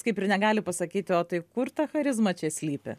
kaip ir negali pasakyti o tai kur ta charizma čia slypi